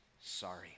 sorry